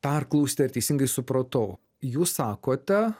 perklausti ar teisingai supratau jūs sakote